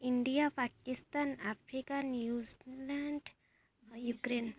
India Pakistan Africa New Zealand Ukraine